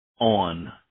on